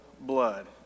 blood